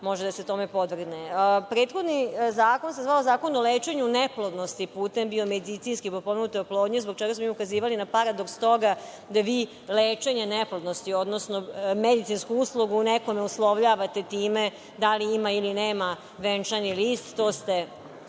može podvrći tome. Prethodni zakon se zvao Zakon o lečenju neplodnosti putem biomedicinski potpomognute oplodnje zbog čega smo ukazivali na paradoks toga da vi lečenje neplodnosti, odnosno medicinsku uslugu nekome uslovljavate time da li ima ili nema venčani list. To ste